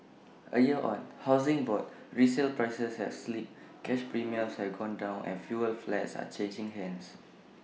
A year on Housing Board resale prices have slipped cash premiums have gone down and fewer flats are changing hands